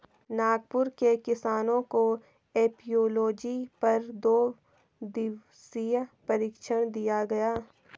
नागपुर के किसानों को एपियोलॉजी पर दो दिवसीय प्रशिक्षण दिया गया